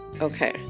okay